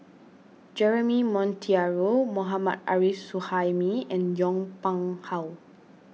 Jeremy Monteiro Mohammad Arif Suhaimi and Yong Pung How